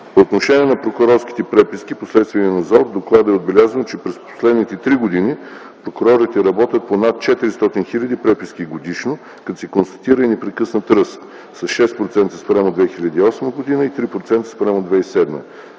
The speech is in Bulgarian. По отношение на прокурорските преписки по следствения надзор в доклада е отбелязано, че през последните три години прокурорите работят по над 400 хил. преписки годишно, като се констатира и непрекъснат ръст – 6% спрямо 2008 г., и 3% спрямо 2007 г.